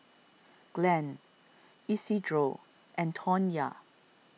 Glen Isidro and Tonya